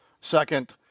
Second